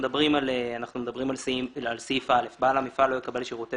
כשאנחנו מדברים על סעיף (א) - בעל מפעל לא יקבל שירותי